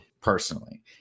Personally